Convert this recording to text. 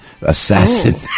Assassin